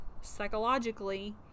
psychologically